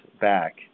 back